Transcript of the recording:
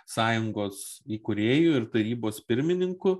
sąjungos įkūrėjų ir tarybos pirmininku